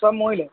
সব মৰিলে